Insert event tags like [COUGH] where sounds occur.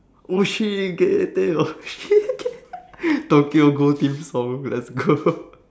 [LAUGHS] tokyo ghoul theme song let's go [LAUGHS]